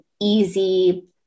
easy